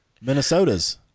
Minnesota's